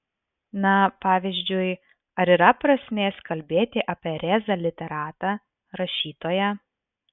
na pavyzdžiui ar yra prasmės kalbėti apie rėzą literatą rašytoją